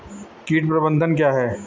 कीट प्रबंधन क्या है?